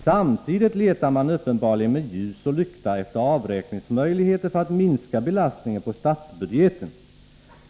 Samtidigt letar man uppenbarligen med ljus och lykta efter avräkningsmöjligheter för att minska belastningen på statsbudgeten.